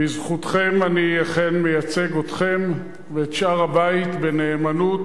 בזכותכם אני אכן מייצג אתכם ואת שאר הבית בנאמנות.